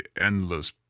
endless